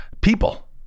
people